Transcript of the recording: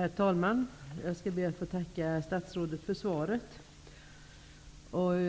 Herr talman! Jag skall be att få tacka statsrådet för svaret.